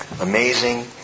amazing